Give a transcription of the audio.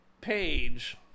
page